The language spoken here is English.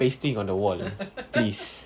pasting on the wall please